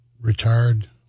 retired